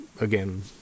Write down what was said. again